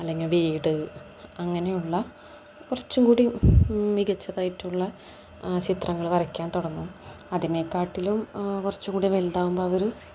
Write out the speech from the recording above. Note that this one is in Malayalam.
അല്ലെങ്കിൽ വീട് അങ്ങനെയുള്ള കുറച്ചും കൂടി മികച്ചതായിട്ടുള്ള ചിത്രങ്ങൾ വരയ്ക്കാൻ തുടങ്ങും അതിനെക്കാട്ടിലും കുറച്ചും കൂടി വലുതാകുമ്പോൾ അവർ